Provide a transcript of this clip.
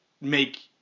make